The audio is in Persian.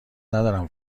ندارم